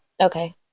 Okay